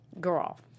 Girl